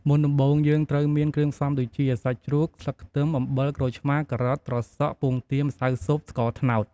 មុនដំបូង យើងត្រូវមានគ្រឿងផ្សំដូចជា សាច់ជ្រូក ស្លឹកខ្ទឹម អំបិល ក្រូចឆ្មារ ការ៉ុត ត្រសក់ ពងទា ម្សៅស៊ុប ស្ករត្នោត។